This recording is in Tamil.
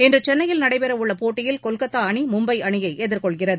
இன்று சென்னையில் நடைபெற உள்ள போட்டியில் கொல்கத்தா அணி மும்பை அணியை எதிர்கொள்கிறது